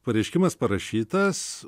pareiškimas parašytas